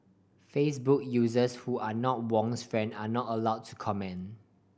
Facebook users who are not Wong's friend are not allow to comment